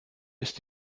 ist